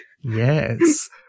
Yes